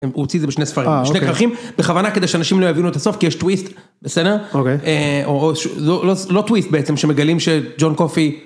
הוא הוציא את זה בשני ספרים, שני כרכים, בכוונה כדי שאנשים לא יבינו את הסוף, כי יש טוויסט בסדר. או לא טוויסט בעצם, שמגלים שג'ון קופי.